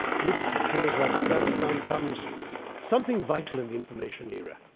with tales like afghanistan, comes something vital in the information era,